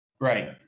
Right